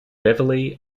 beverley